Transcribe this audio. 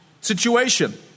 situation